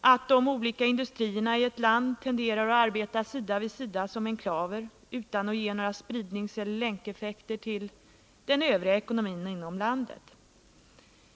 att de olika industrierna i ett land tenderar att arbeta sida vid sida som enklaver utan att ge några spridningseller länkeffekter till den övriga ekonomin inom landet.